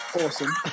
Awesome